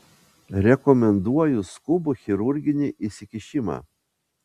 rekomenduoju skubų chirurginį įsikišimą